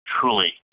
truly